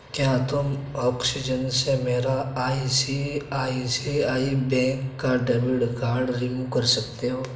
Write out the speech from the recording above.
کیا تم آکسیجن سے میرا I C I C I bank کا ڈیبٹ کاڈ رموو کر سکتے ہو